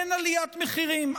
אין עליות מחירים.